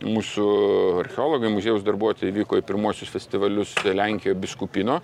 mūsų archeologai muziejaus darbuotojai vyko į pirmuosius festivalius lenkijoj biskupino